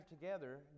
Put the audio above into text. together